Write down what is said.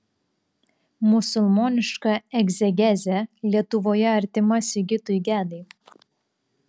musulmoniška egzegezė lietuvoje artima sigitui gedai